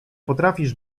potrafisz